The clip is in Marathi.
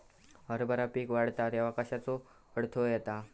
हरभरा पीक वाढता तेव्हा कश्याचो अडथलो येता?